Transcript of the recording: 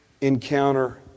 encounter